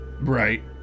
Right